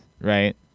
right